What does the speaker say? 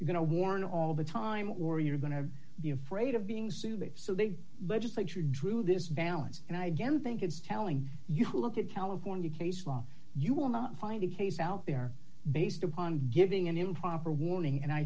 of going to warn all the time or you're going to be afraid of being sued if so they legislature drew this balance and i again think it's telling you to look at california case law you will not find a case out there based upon giving an improper warning and i